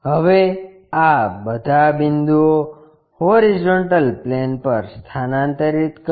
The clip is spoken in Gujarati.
હવે આ બધા બિંદુઓ હોરીઝોન્ટલ પ્લેન પર સ્થાનાંતરિત કરો